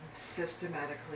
systematically